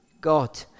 God